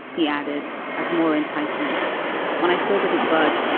he added as more enticement well i still didn't budge.